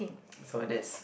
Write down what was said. so that's